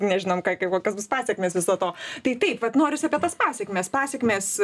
nežinom kai kokios bus pasekmės viso to tai taip vat norisi apie tas pasekmes pasekmės